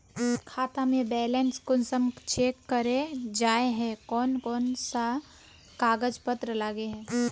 खाता में बैलेंस कुंसम चेक करे जाय है कोन कोन सा कागज पत्र लगे है?